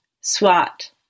SWAT